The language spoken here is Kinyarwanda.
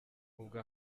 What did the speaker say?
ubwo